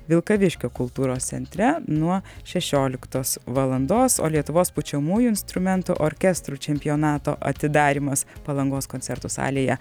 vilkaviškio kultūros centre nuo šešioliktos valandos o lietuvos pučiamųjų instrumentų orkestrų čempionato atidarymas palangos koncertų salėje